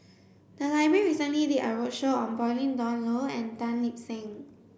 the library recently did a roadshow on Pauline Dawn Loh and Tan Lip Seng